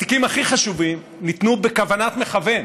התיקים הכי חשובים ניתנו בכוונת מכוון